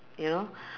you know